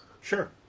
sure